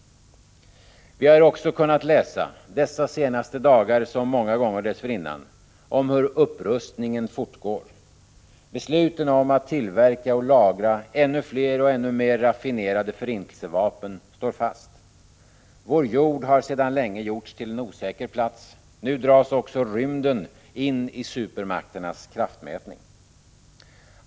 Vi har också kunnat läsa — dessa senaste dagar liksom många gånger dessförinnan — om hur upprustningen fortgår. Besluten om att tillverka och lagra ännu fler och ännu mer raffinerade förintelsevapen står fast. Vår jord är sedan länge en osäker plats. Nu dras också rymden in i supermakternas kraftmätning.